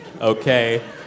okay